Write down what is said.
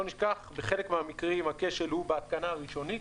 לא נשכח, בחלק מהמקרים, הכשל הוא בהתקנה ראשונית.